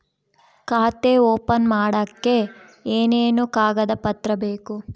ಖಾತೆ ಓಪನ್ ಮಾಡಕ್ಕೆ ಏನೇನು ಕಾಗದ ಪತ್ರ ಬೇಕು?